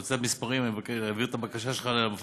אתה רוצה מספרים, אני אעביר את הבקשה שלך למפקחת,